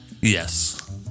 Yes